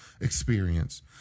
experience